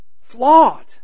Flawed